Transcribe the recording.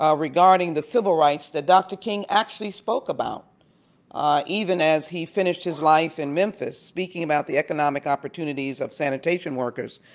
um regarding the civil rights that dr. king actually spoke about even as he finished his life in memphis, speaking about the economic opportunities of sanitation workers.